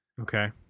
Okay